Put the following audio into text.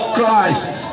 Christ